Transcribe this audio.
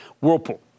Whirlpool